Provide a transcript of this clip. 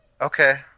Okay